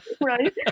Right